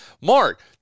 Mark